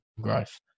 growth